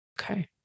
Okay